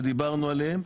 שדיברנו עליהם,